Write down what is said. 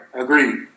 Agreed